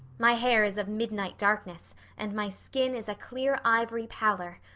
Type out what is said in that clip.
my hair is of midnight darkness and my skin is a clear ivory pallor.